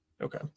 Okay